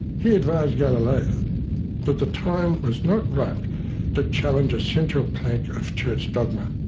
he advised galileo that the time was not ripe to challenge a central plank of church dogma.